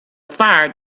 fire